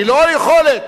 לא היכולת,